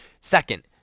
second